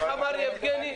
איך אמרת לי יבגני?